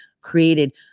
created